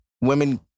women